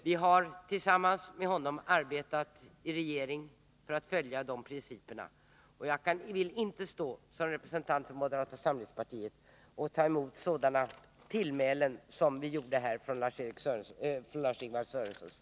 Vi har tillsammans med honom arbetat i en regering för att följa de principerna, och jag vill inte som representant för moderata samlingspartiet ta emot sådana tillmälen som Lars-Ingvar Sörenson riktade mot oss.